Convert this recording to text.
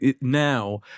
now